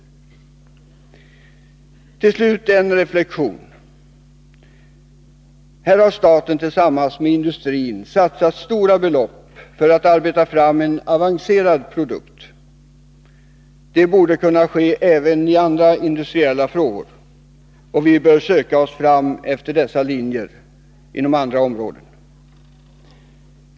Till slut en reflexion. Här har staten tillsammans med industrin satsat stora belopp för att arbeta fram en avancerad produkt. Det borde kunna ske även i andra industriella frågor, och vi bör söka oss fram efter dessa linjer inom andra områden.